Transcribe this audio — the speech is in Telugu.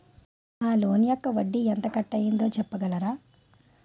నా లోన్ యెక్క వడ్డీ ఎంత కట్ అయిందో చెప్పగలరా?